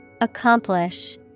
Accomplish